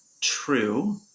true